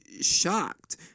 shocked